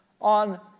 on